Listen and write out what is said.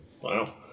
Wow